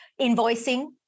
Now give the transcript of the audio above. invoicing